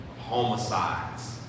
homicides